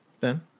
Ben